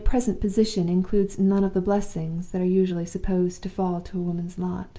my present position includes none of the blessings that are usually supposed to fall to a woman's lot.